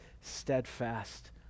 steadfast